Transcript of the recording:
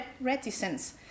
reticence